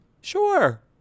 Sure